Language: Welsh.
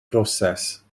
broses